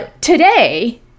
Today